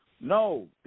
No